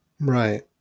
Right